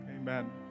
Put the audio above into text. Amen